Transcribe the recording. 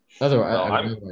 Otherwise